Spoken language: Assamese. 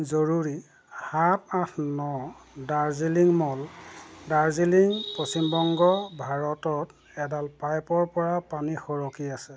জৰুৰী সাত আঠ ন দাৰ্জিলিং মল দাৰ্জিলিং পশ্চিমবংগ ভাৰতত এডাল পাইপৰ পৰা পানী সৰকি আছে